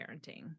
parenting